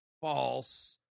false